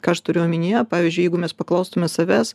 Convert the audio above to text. ką aš turiu omenyje pavyzdžiui jeigu mes paklaustume savęs